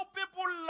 people